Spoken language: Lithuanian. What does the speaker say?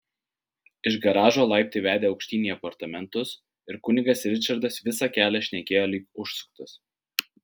iš garažo laiptai vedė aukštyn į apartamentus ir kunigas ričardas visą kelią šnekėjo lyg užsuktas